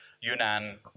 Yunnan